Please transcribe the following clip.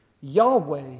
Yahweh